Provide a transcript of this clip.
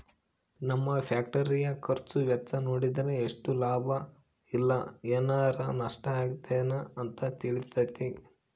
ನಮ್ಮ ಫ್ಯಾಕ್ಟರಿಯ ಖರ್ಚು ವೆಚ್ಚ ನೋಡಿದ್ರೆ ಎಷ್ಟು ಲಾಭ ಇಲ್ಲ ಏನಾರಾ ನಷ್ಟ ಆಗಿದೆನ ಅಂತ ತಿಳಿತತೆ